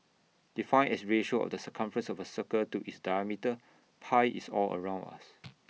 defined as ratio of the circumference of A circle to its diameter pi is all around us